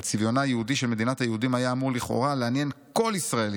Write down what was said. אבל צביונה היהודי של מדינת היהודים היה אמור לכאורה לעניין כל ישראלי,